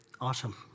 Awesome